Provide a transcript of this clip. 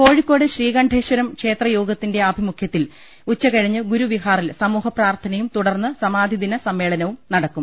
കോഴിക്കോട് ശ്രീകണ്ഠേശ്വര ക്ഷേത്രയോഗത്തിന്റെ ആഭി മുഖ്യത്തിൽ ഉച്ചകഴിഞ്ഞ് ഗുരുവിഹാറിൽ സമൂഹ പ്രാർത്ഥ നയും തുടർന്ന് സമാധിദിന സമ്മേളനവും നടക്കും